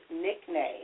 nickname